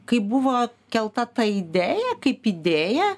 kai buvo kelta ta idėja kaip idėja